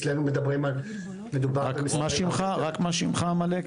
אצלנו מדברים על --- רק מה שמך המלא?